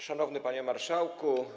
Szanowny Panie Marszałku!